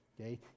Okay